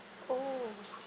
orh